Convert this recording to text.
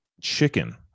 chicken